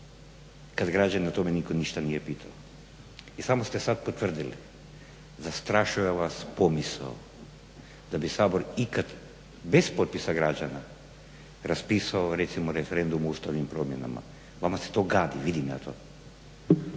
kada građane o tome nitko ništa nije pitao? I samo ste sada potvrdili, zastrašuje vas pomisao da bi Sabor ikad bez potpisa građana raspisao referendum o ustavnim promjenama, vama se to gadi, vidim ja to.